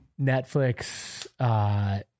Netflix